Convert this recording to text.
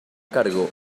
cargo